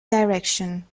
direction